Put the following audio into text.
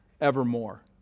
evermore